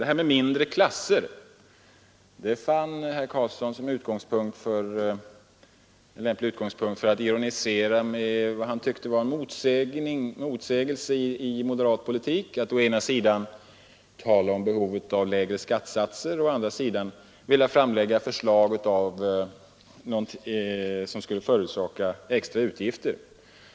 Kraven på mindre klasser fann herr Carlsson vara en lämplig utgångspunkt för att ironisera över vad han tyckte var en motsägelse i moderat politik, nämligen att å ena sidan tala om behovet av lägre skattesatser och att å andra sidan vilja framlägga förslag som skulle förorsaka extra utgifter.